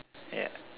yeah